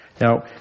Now